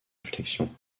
réflexion